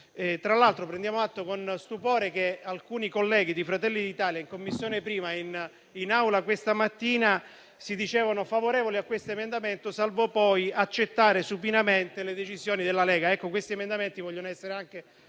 Tra l'altro, prendiamo atto con stupore che alcuni colleghi di Fratelli d'Italia prima in Commissione e questa mattina in Aula si dicevano favorevoli a questo emendamento, salvo poi accettare supinamente le decisioni della Lega.